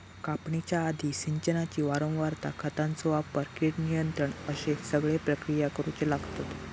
कापणीच्या आधी, सिंचनाची वारंवारता, खतांचो वापर, कीड नियंत्रण अश्ये सगळे प्रक्रिया करुचे लागतत